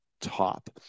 top